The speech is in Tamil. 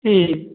ம்